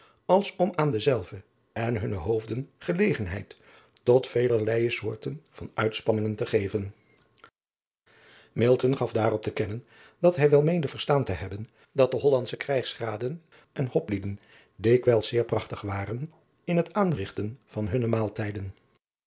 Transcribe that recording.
als om aan dezelve en hunne hoofden gelegenheid tot velerleije soorten van uitspanningen te geven gaf daarop te kennen dat hij wel meende verstaan te hebben dat de ollandsche rijgsraden en oplieden dikwijls zeer prachtig waren in het aanrigten van hunne maaltijden